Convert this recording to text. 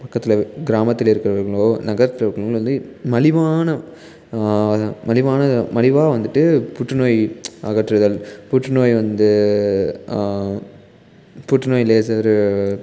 பக்கத்தில் கிராமத்தில் இருக்கிறவங்களோ நகரத்தில் இருக்கிறவங்களோ வந்து மலிவான அது மலிவான மலிவாக வந்துவிட்டு புற்றுநோய் அகற்றுதல் புற்றுநோய் வந்து புற்றுநோய் லேசரு